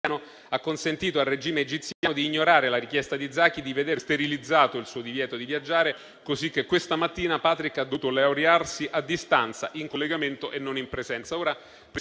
ha consentito al regime egiziano di ignorare la richiesta di Zaki di vedere sterilizzato il suo divieto di viaggiare, cosicché questa mattina Patrick ha dovuto laurearsi a distanza, in collegamento e non in presenza.